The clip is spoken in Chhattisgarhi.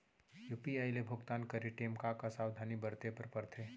यू.पी.आई ले भुगतान करे टेम का का सावधानी बरते बर परथे